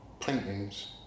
paintings